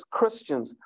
Christians